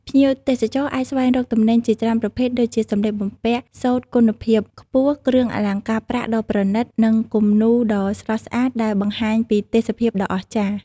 ភ្ញៀវទេសចរអាចស្វែងរកទំនិញជាច្រើនប្រភេទដូចជា សម្លៀកបំពាក់សូត្រគុណភាពខ្ពស់ គ្រឿងអលង្ការប្រាក់ដ៏ប្រណីត និងគំនូរដ៏ស្រស់ស្អាតដែលបង្ហាញពីទេសភាពដ៏អស្ចារ្យ។